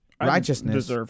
righteousness